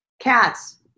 Cats